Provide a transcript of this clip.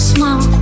Small